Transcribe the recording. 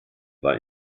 war